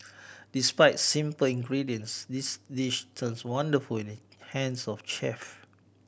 despite simple ingredients this dish turns wonderful in the hands of chef